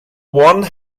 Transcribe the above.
one